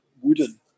wooden